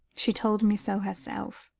she told me so herself.